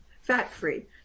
Fat-free